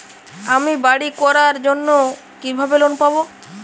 আমি বাড়ি করার জন্য কিভাবে লোন পাব?